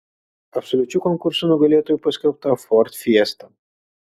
absoliučiu konkurso nugalėtoju paskelbta ford fiesta